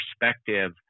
perspective